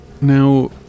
Now